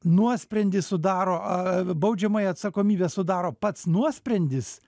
nuosprendį sudaro baudžiamąją atsakomybę sudaro pats nuosprendis